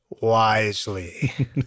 wisely